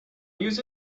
use